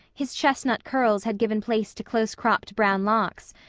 his chestnut curls had given place to close-cropped brown locks,